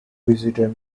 visited